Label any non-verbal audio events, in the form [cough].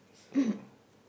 [coughs]